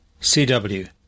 CW